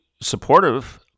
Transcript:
supportive